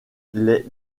les